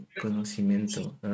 conocimiento